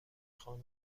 خانم